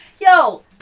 yo